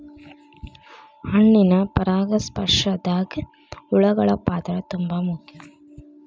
ಹಣ್ಣಿನ ಪರಾಗಸ್ಪರ್ಶದಾಗ ಹುಳಗಳ ಪಾತ್ರ ತುಂಬಾ ಮುಖ್ಯ